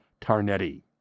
Tarnetti